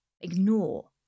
ignore